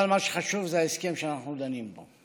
אבל מה שחשוב זה ההסכם שאנחנו דנים בו.